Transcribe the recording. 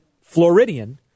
Floridian